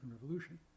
Revolution